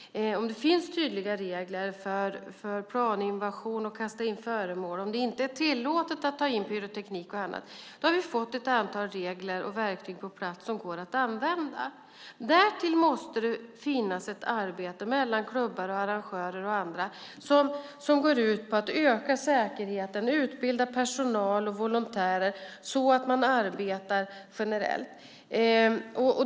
Det finns tydliga regler när det gäller planinvasion och föremål som kastas in, och det är inte tillåtet att ta in pyroteknik och annat. Vi har alltså fått ett antal regler och verktyg på plats som går att använda. Därtill måste det finnas ett arbete mellan klubbar, arrangörer och andra som går ut på att öka säkerheten och utbilda personal och volontärer så att de arbetar generellt.